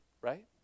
right